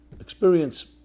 experience